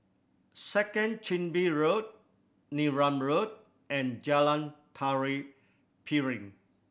Second Chin Bee Road Neram Road and Jalan Tari Piring